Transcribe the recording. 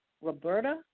Roberta